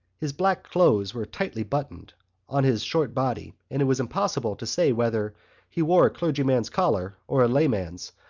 his black clothes were tightly buttoned on his short body and it was impossible to say whether he wore a clergyman's collar or a layman's,